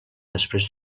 després